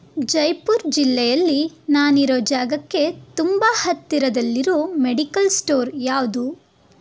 ಜೈಪುರ್ ಜಿಲ್ಲೆಯಲ್ಲಿ ನಾನಿರೋ ಜಾಗಕ್ಕೆ ತುಂಬ ಹತ್ತಿರದಲ್ಲಿರೋ ಮೆಡಿಕಲ್ ಸ್ಟೋರ್ ಯಾವುದು